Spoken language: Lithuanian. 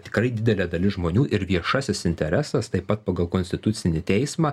tikrai didelė dalis žmonių ir viešasis interesas taip pat pagal konstitucinį teismą